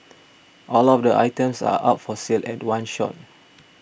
all of the items are up for sale at one shot